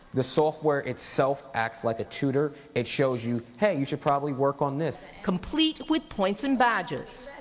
the software itself acts like a tutor. it shows you hey, you should probably work on this. complete with points and badges.